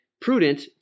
prudent